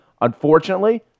Unfortunately